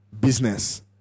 business